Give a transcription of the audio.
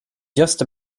just